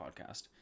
podcast